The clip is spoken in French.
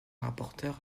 rapporteure